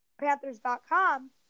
Panthers.com